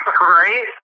Right